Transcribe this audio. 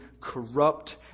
corrupt